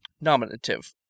Nominative